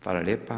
Hvala lijepa.